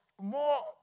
more